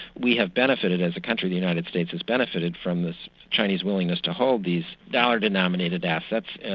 we have benefited as a country, the united states has benefited from this chinese willingness to hold these dollar-denominated assets,